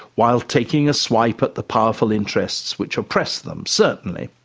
while taking a swipe at the powerful interests which oppress them, certainly.